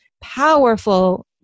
powerful